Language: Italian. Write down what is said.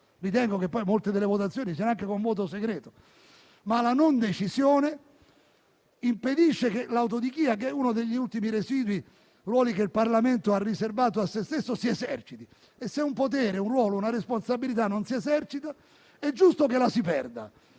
ritiene. Molte delle votazioni avvengono anche con voto segreto. La non decisione impedisce che l'autodichia, che è uno degli ultimi ruoli residui che il Parlamento ha riservato a se stesso, si eserciti. E se un potere, un ruolo, una responsabilità non si esercita, è giusto che la si perda.